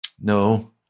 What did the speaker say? No